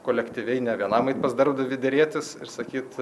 kolektyviai ne vienam eit pas darbdavį derėtis ir sakyt